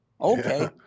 Okay